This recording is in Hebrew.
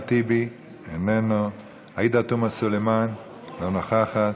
אחמד טיבי, איננו, עאידה תומא סלימאן, לא נוכחת.